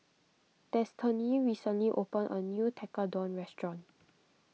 Destany recently opened a new Tekkadon restaurant